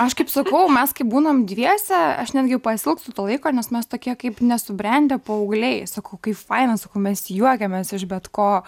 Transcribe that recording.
aš kaip sakau mes kaip būnam dviese aš netgi pasiilgstu to laiko nes mes tokie kaip nesubrendę paaugliai sakau kaip faina sakau mes juokiamės iš bet ko